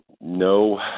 no